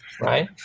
right